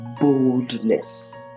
boldness